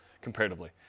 comparatively